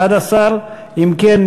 11. אם כן,